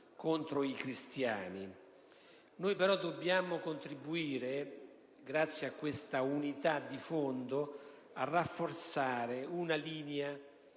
Noi però dobbiamo contribuire, grazie a questa unità di fondo, a rafforzare una linea